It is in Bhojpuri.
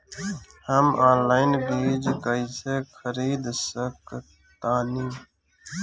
हम ऑनलाइन बीज कईसे खरीद सकतानी?